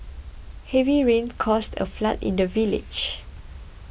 heavy rains caused a flood in the village